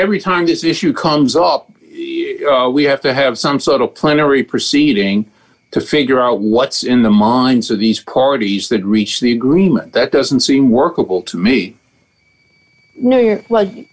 every time this issue comes up we have to have some sort of plenary proceeding to figure out what's in the minds of these qualities that reach the agreement that doesn't seem workable to me